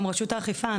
גם רשות האכיפה,